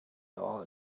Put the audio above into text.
all